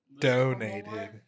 Donated